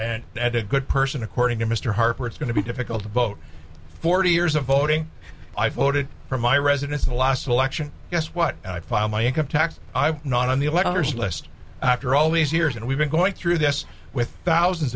and that a good person according to mr harper it's going to be difficult to vote forty years of voting i voted for my residence in the last election yes what i file my income tax i'm not on the electors list after all these years and we've been going through this with thousands